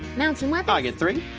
mounts and weapons? i get three.